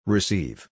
Receive